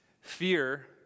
Fear